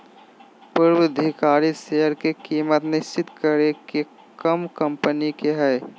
पूर्वधिकारी शेयर के कीमत निश्चित करे के काम कम्पनी के हय